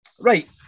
Right